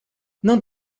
não